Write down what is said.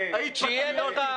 היית פטריוטית,